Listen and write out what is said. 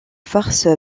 farce